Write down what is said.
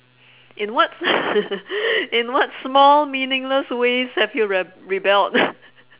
in what s~ in what small meaningless ways have you reb~ rebelled